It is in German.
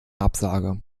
absage